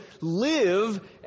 live